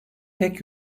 tek